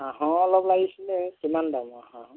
হাঁহৰ অলপ লাগিছিলে কিমান দাম হাঁহৰ